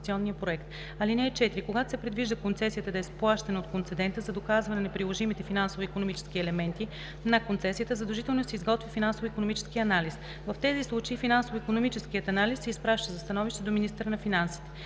(4) Когато се предвижда концесията да е с плащане от концедента, за доказване на приложимите финансово-икономически елементи на концесията задължително се изготвя финансово-икономически анализ. В тези случаи финансово-икономическият анализ се изпраща за становище до министъра на финансите.